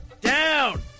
down